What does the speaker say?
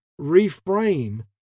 reframe